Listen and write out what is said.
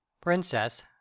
princess